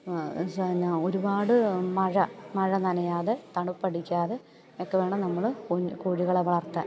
പിന്നെ ഒരുപാട് മഴ മഴ നനയാതെ തണുപ്പ് അടിക്കാതെ ഒക്കെ വേണം നമ്മൾ കോഴികളെ വളർത്താൻ